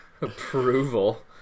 approval